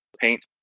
paint